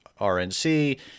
RNC